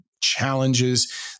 challenges